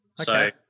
Okay